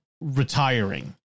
retiring